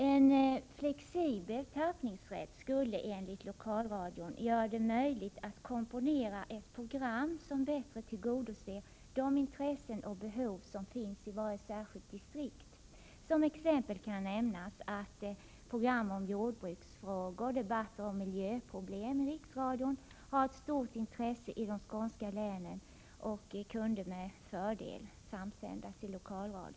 En flexibel tappningsrätt skulle, enligt vad lokalradion upplyst om, göra det möjligt att komponera ett program som bättre tillgodoser de intressen och behov som finns i varje särskilt distrikt. Som exempel kan nämnas att program om jordbruksfrågor och debatter om miljöproblem i riksradion har ett stort intresse i de skånska länen och kunde med fördel samsändas i lokalradion.